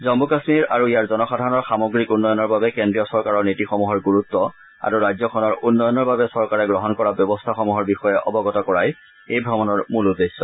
জম্মু কাশ্মীৰ আৰু ইয়াৰ জনসাধাৰণৰ সামগ্ৰিক উন্নয়নৰ বাবে কেন্দ্ৰীয় চৰকাৰৰ নীতি সমূহৰ গুৰুত্ব আৰু ৰাজ্যখনৰ উন্নয়নৰ বাবে চৰকাৰে গ্ৰহণ কৰা ব্যৱস্থা সমূহৰ বিষয়ে অৱগত কৰাই এই ভ্ৰমণৰ মূল উদ্দেশ্য